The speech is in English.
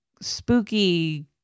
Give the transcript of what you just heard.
spooky